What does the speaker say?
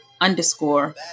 underscore